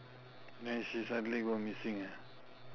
then she suddenly go missing ah